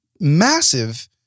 massive